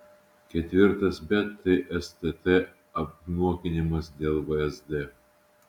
ketvirtas bet tai stt apnuoginimas dėl vsd